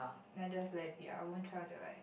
then I just let it be lah I won't try until like